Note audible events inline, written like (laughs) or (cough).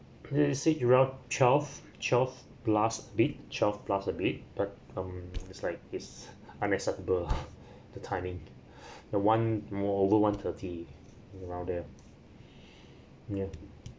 he said around twelve twelve plus bit twelve plus a bit but um is like it's unacceptable (laughs) the timing the one moreover one-thirty around there yeah